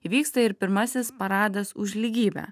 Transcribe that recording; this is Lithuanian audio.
vyksta ir pirmasis paradas už lygybę